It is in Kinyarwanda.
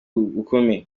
bukumi